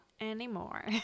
anymore